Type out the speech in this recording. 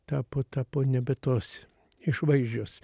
tapo tapo nebe tos išvaizdžios